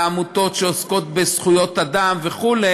לעמותות שעוסקות בזכויות אדם וכו',